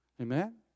Amen